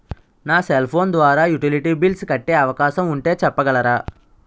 నా cell phone ద్వారా utility bills కట్టే అవకాశం ఉంటే చెప్పగలరా?